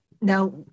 now